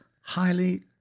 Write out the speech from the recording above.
highly